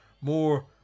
more